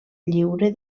lliure